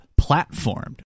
platformed